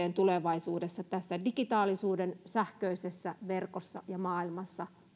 tulevaisuudessa tässä digitaalisuuden sähköisessä verkossa ja maailmassa